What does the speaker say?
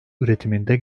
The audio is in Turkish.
üretiminde